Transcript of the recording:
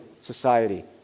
society